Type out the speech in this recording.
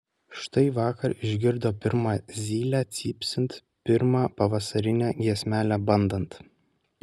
štai vakar išgirdo pirmą zylę cypsint pirmą pavasarinę giesmelę bandant